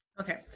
Okay